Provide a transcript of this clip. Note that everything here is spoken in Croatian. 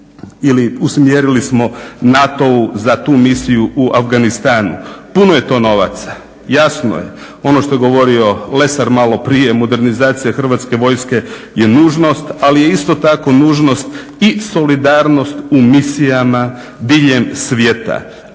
ili usmjerili smo NATO-u za tu Misiju u Afganistanu, puno je to novaca. Jasno je ono što je govorio LEsar malo prije modernizacija Hrvatske vojske je nužnost ali je isto tako nužnost i solidarnost u misijama diljem svijeta. Ali